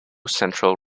central